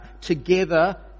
together